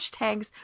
hashtags